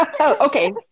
Okay